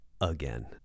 Again